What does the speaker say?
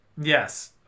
Yes